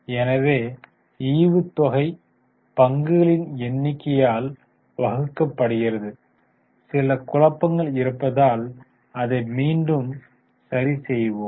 எனவே ஈவுத்தொகை பங்குகளின் எண்ணிக்கையால் வகுக்கப்படுகிறது சில குழப்பங்கள் இருப்பதால் அதை மீண்டும் சரி செய்வோம்